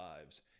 lives